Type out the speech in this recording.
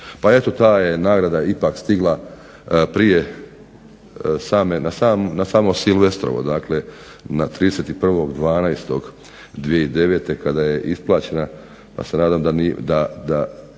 Pa eto ta je nagrada ipak stigla prije same, na samo Silvestrovo, dakle 31.12.2009. kada je isplaćena pa se nadam da ili